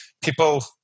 people